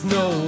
no